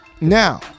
now